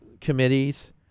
committees